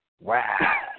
Wow